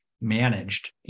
managed